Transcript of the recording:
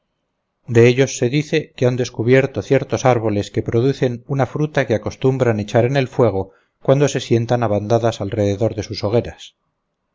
de ellos se dice que han descubierto ciertos árboles que producen una fruta que acostumbran echar en el fuego cuando se sientan a bandadas alrededor de sus hogueras